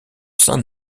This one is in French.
saint